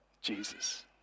Jesus